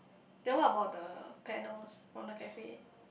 then what about the panels on the cafe